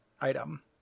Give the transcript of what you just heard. item